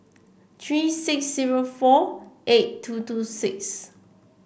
three six zero four eight two two six